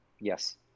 Yes